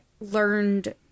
learned